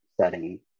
setting